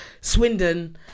swindon